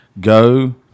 go